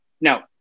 Now